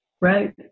Right